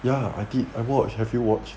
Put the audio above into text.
ya I did I watched have you watched